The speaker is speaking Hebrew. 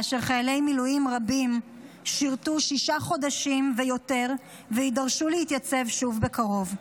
חיילי מילואים רבים שירתו שישה חודשים ויותר ויידרשו להתייצב שוב בקרוב.